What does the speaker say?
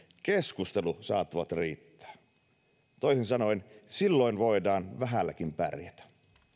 keskustelu saattavat riittää toisin sanoen silloin voidaan vähälläkin pärjätä liian